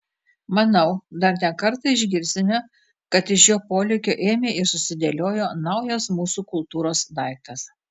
manau dar ne kartą išgirsime kad iš jo polėkio ėmė ir susidėliojo naujas mūsų kultūros daiktas